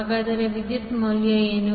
ಹಾಗಾದರೆ ವಿದ್ಯುತ್ ಮೌಲ್ಯ ಏನು